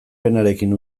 penarekin